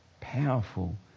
powerful